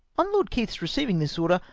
on lord keith receiving this order,